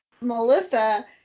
melissa